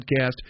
podcast